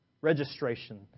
registration